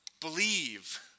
believe